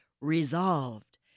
resolved